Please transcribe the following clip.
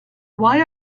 why